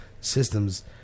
systems